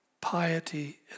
piety